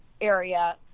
area